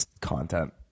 content